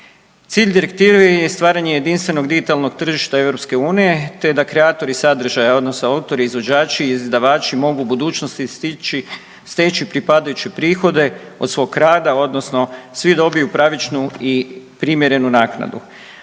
Cilj direktive je stvaranje jedinstvenog digitalnog tržišta EU, te da kreatori sadržaja, odnosno autori izvođači, izdavači mogu u budućnosti steći pripadajuće prihode od svog rada, odnosno svi dobiju pravičnu i primjerenu naknadu.